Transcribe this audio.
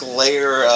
layer